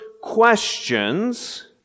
questions